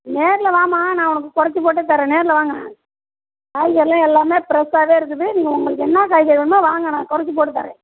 நேரில் வாம்மா நான் உனக்கு கொறச்சு போட்டுதரேன் நேரில் வாங்க காய்கறியெலாம் எல்லாமே ஃப்ரெஷாகவே இருக்குது நீங்கள் உங்களுக்கு என்ன காய்கறி வேணுமோ வாங்க நான் கொறச்சு போட்டுத் தரேன்